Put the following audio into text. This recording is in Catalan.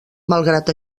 malgrat